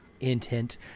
intent